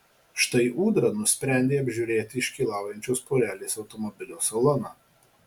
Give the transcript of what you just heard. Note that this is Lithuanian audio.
štai ūdra nusprendė apžiūrėti iškylaujančios porelės automobilio saloną